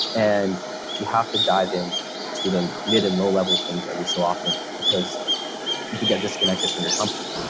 and you have to dive in to the mid and low level things every so often because you can get disconnected from your company.